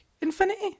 Infinity